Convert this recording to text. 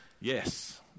yes